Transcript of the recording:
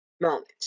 moment